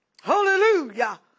Hallelujah